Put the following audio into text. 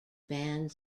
band